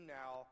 now